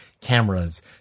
cameras